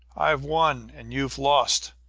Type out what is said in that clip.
i've won, and you've lost!